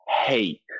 hate